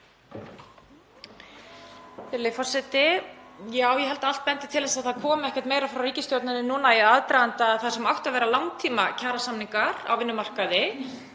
forseti. Já, ég held að allt bendi til þess að það komi ekkert meira frá ríkisstjórninni núna í aðdraganda þess sem átti að vera langtímakjarasamningar á vinnumarkaði.